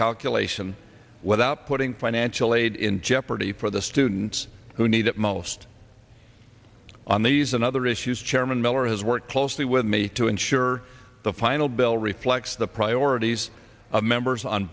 calculation without putting financial aid in jeopardy for the students who need it most on these and other issues chairman miller has worked closely with me to ensure the final bill reflects the priorities of members on